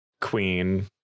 queen